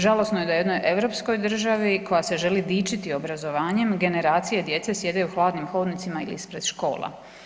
Žalosno je da u jednoj europskoj državi koja se želi dičiti obrazovanjem generacije djece sjede u hladnim hodnicima ili ispred škola.